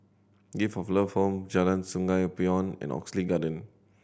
Gift of Love Home Jalan Sungei Poyan and Oxley Garden